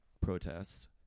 protests